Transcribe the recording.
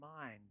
mind